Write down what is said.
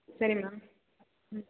சரி மேம் ம்ம்